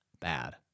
bad